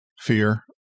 fear